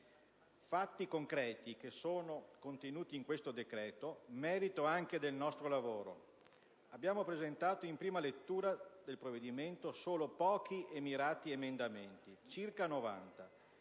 fatti concreti che sono contenuti in questo decreto, per merito anche del nostro lavoro (abbiamo presentato in prima lettura del provvedimento solo pochi e mirati emendamenti, circa 90,